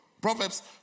Proverbs